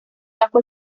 bajo